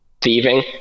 thieving